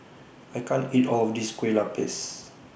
I can't eat All of This Kueh Lupis